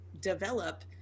develop